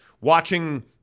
watching